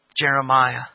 Jeremiah